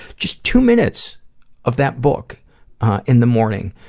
just two minutes of that book in the morning,